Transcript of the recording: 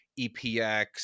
EPX